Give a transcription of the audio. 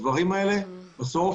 הדברים האלה בסוף